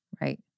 Right